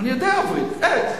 אני יודע עברית, עץ.